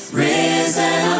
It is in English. risen